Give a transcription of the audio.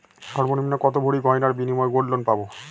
সর্বনিম্ন কত ভরি গয়নার বিনিময়ে গোল্ড লোন পাব?